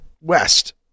west